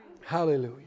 Hallelujah